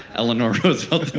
eleanor roosevelt